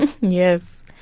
Yes